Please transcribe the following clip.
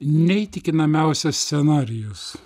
neįtikinamiausias scenarijus